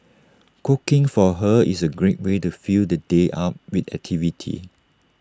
cooking for her is A great way to fill the day up with activity